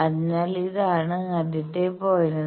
അതിനാൽ ഇതാണ് ആദ്യത്തെ പോയിന്റ്